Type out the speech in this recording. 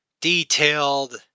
Detailed